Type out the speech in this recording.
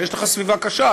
ויש לך סביבה קשה.